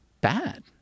bad